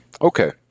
Okay